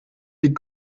die